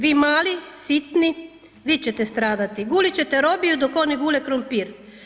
Vi mali, sitni, vi ćete stradati, gulit ćete robiju dok oni gule krumpir.